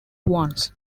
once